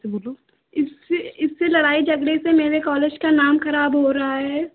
बोलो इससे इससे लड़ाई झगड़े से मेरे कॉलेज का नाम ख़राब हो रहा है